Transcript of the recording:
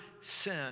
sin